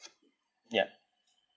ya